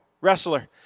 wrestler